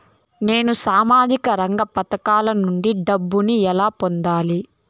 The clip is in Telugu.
నేను సామాజిక రంగ పథకాల నుండి డబ్బుని ఎలా పొందాలి?